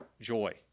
joy